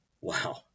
Wow